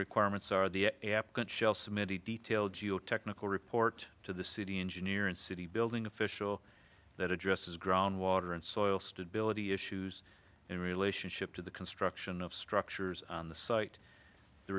requirements are the applicant shall smitty detail geotechnical report to the city engineer and city building official that addresses ground water and soil stability issues in relationship to the construction of structures on the site the